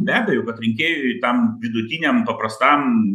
be abejo kad rinkėjui tam vidutiniam paprastam